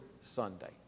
Sunday